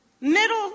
Middle